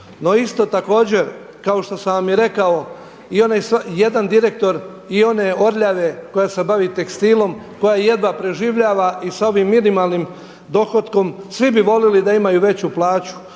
No isto također kao što sam već i rekao i onaj jedan direktor i one Orljave koja se bavi tekstilom, koja jedva preživljava i sa ovim minimalnim dohotkom svi bi volili da imaju veću plaću.